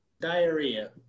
Diarrhea